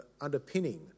underpinning